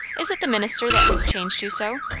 is it the minister that has changed you so?